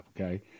okay